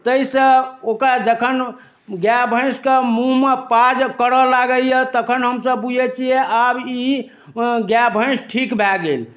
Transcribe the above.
ताहि सँ ओकरा जखन गाय भैँसके मुँहमे पाउज करऽ लागैया तखन हमसभ बुझै छियै आब ई गाय भैँस ठीक भऽ गेल